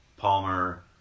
Palmer